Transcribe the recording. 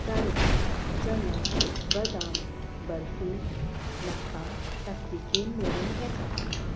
चार्वक चना बदाम बर्फी म्हाका ताकतिकेन मेळूं येता